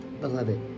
Beloved